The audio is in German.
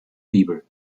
bibel